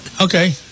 Okay